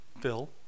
Phil